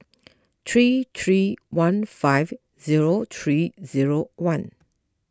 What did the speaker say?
three three one five zero three zero one